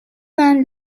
man